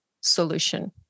solution